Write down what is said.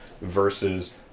versus